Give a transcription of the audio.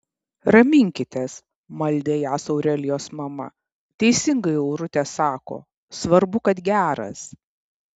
raminkitės maldė jas aurelijos mama teisingai aurutė sako svarbu kad geras